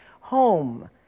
home